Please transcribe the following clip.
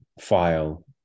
file